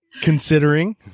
Considering